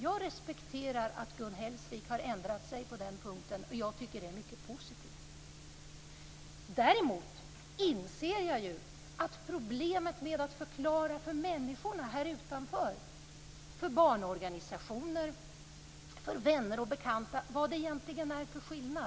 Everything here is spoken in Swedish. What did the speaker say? Jag respekterar att Gun Hellsvik har ändrat sig på den här punkten. Jag tycker att det är mycket positivt. Däremot inser jag ju att det blir problem med att förklara för människorna här utanför, för barnorganisationer, för vänner och bekanta, vad det egentligen är för skillnad.